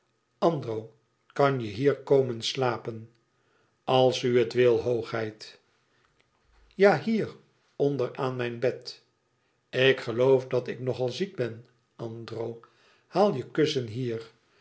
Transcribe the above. andro kan je niet hier komen slapen als u het wil hoogheid ja hier onder aan mijn bed ik geloof dat ik nog al ziek ben andro haal je kussen hier